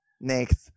Next